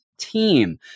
team